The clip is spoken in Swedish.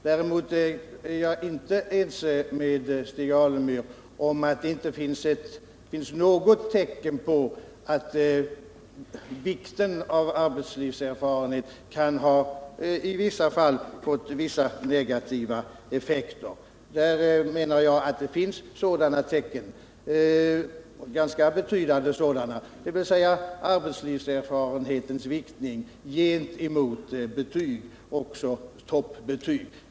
Däremot är jag inte ense med Stig Alemyr om att det inte finns något tecken på att vikten av arbetslivserfarenhet i vissa fall kan få negativa effekter. Jag menar att det finns sådana tecken — och ganska betydande tecken — nämligen när det gäller att väga arbetslivserfarenhet mot betyg, också toppbetyg.